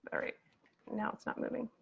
right now it's not moving.